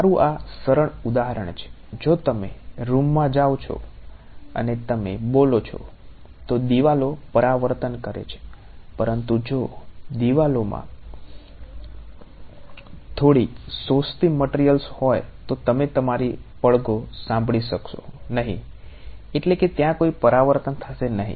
મારુ આ સરળ ઉદાહરણ છે જો તમે રૂમમાં જાઓ છો અને તમે બોલો છો તો દિવાલો પરાવર્તન કરે છે પરંતુ જો દિવાલોમાં થોડી શોષતી મટીરીયલ્સ હોય તો તમે તમારી પડઘો સાંભળી શકશો નહીં એટલે કે ત્યાં કોઈ પરાવર્તન થશે નહિ